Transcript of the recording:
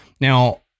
Now